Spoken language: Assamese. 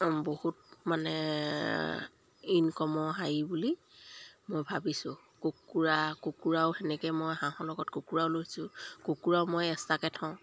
বহুত মানে ইনকমৰ হেৰি বুলি মই ভাবিছোঁ কুকুৰা কুকুৰাও সেনেকৈ মই হাঁহৰ লগত কুকুৰাও লৈছোঁ কুকুৰাও মই এক্সট্ৰাকৈ থওঁ